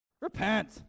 Repent